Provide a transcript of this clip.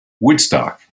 Woodstock